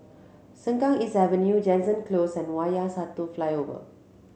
Sengkang East Avenue Jansen Close and Wayang Satu Flyover